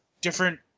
Different